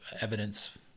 evidence